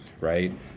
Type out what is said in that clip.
right